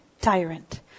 tyrant